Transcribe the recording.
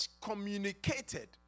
communicated